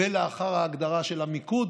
ולאחר ההגדרה של המיקוד